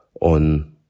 on